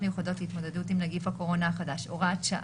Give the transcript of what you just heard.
מיוחדות להתמודדות עם נגיף הקורונה החדש (הוראת שעה),